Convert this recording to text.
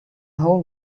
whole